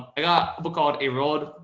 i got a book called a roll.